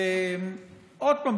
עוד פעם,